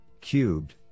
cubed